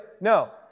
No